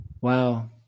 Wow